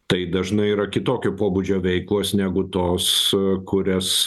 tai dažnai yra kitokio pobūdžio veiklos negu tos kurias